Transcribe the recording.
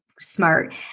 smart